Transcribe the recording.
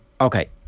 Okay